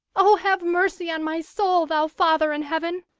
oh! have mercy on my soul, thou father in heaven!